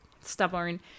stubborn